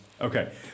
Okay